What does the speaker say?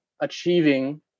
achieving